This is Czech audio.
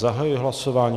Zahajuji hlasování.